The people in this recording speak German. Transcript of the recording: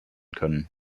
können